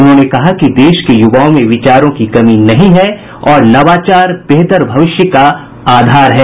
उन्होंने कहा कि देश के युवाओं में विचारों की कमी नहीं है और नवाचार बेहतर भविष्य का आधार है